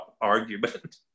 argument